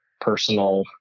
personal